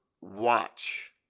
watch